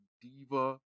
diva